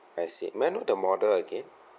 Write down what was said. I see may I know the model again